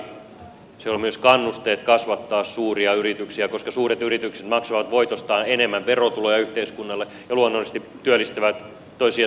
siellä on myös kannusteet kasvattaa suuria yrityksiä koska suuret yritykset maksavat voitostaan enemmän verotuloja yhteiskunnalle ja luonnollisesti työllistävät toisia suomalaisia